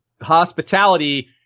hospitality